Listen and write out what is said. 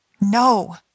No